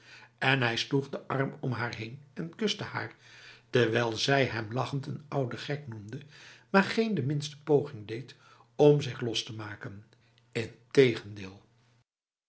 en hij sloeg de arm om haar heen en kuste haar terwijl zij hem lachend een oude gek noemde maar geen de minste poging deed om zich los te maken integendeel